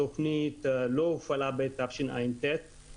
התכנית לא הופעלה בתשע"ט,